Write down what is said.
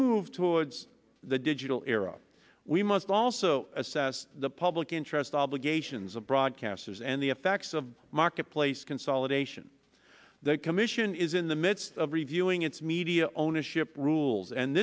move towards the digital era we must also assess the public interest obligations of broadcasters and the effects of the marketplace consolidation the commission is in the midst of reviewing its media ownership rules and